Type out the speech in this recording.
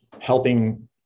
helping